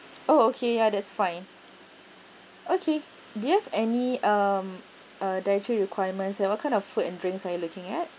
oh okay ya that's fine okay do you have any um uh dietary requirements and what kind of food and drinks are you looking at